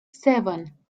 seven